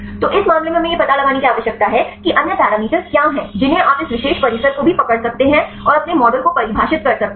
तो इस मामले में हमें यह पता लगाने की आवश्यकता है कि अन्य पैरामीटर क्या हैं जिन्हें आप इस विशेष परिसर को भी पकड़ सकते हैं और अपने मॉडल को परिभाषित कर सकते हैं